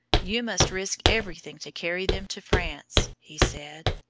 you must risk everything to carry them to france, he said.